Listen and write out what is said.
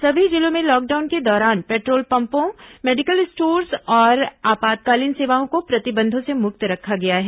सभी जिलों में लॉकडाउन के दौरान पेट्रोल पम्पों मेडिकल स्टोर्स और आपातकालीन सेवाओं को प्रतिबंधों से मुक्त रखा गया है